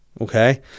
okay